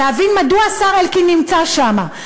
להבין מדוע השר אלקין נמצא שם,